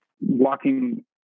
walking